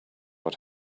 what